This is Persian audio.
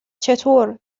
چطور